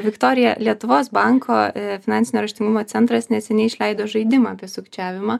viktorija lietuvos banko finansinio raštingumo centras neseniai išleido žaidimą apie sukčiavimą